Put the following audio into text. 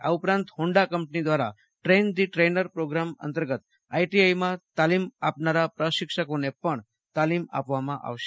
આ ઉપરાંત હોન્ડા કંપની દ્વરા ટ્રેઈન ધ ટ્રેનર પ્રોગ્રામ અંતર્ગત આઈટીઆઈમાં તાલીમ આપનાર પ્રશિક્ષકોને પણ તાલીમ આપવામાં આવશે